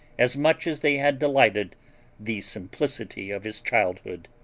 as much as they had delighted the simplicity of his childhood.